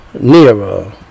nearer